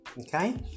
okay